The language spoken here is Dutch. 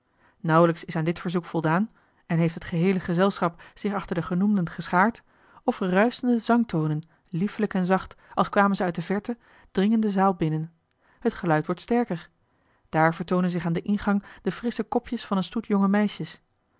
nauwelijks is aan dit verzoek voldaan en heeft het geheele gezelschap zich achter de genoemden geschaard of ruischende zangtonen liefelijk en zacht als kwamen ze uit de verte dringen de zaal binnen het geluid wordt sterker daar vertoonen zich aan den ingang de frissche kopjes van een stoet jonge meisjes